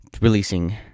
releasing